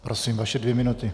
Prosím, vaše dvě minuty.